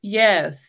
yes